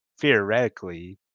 theoretically